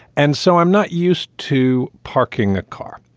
and so i'm not used to parking a car.